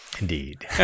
Indeed